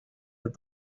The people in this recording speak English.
that